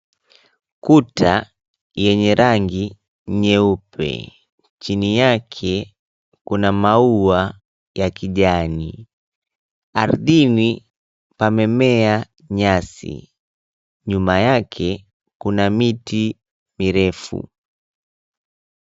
Kuta yenye rangi nyeupe, chini yake kuna maua ya kijani. Ardhini pamemea nyasi nyuma yake kuna miti mirefu.